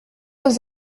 aux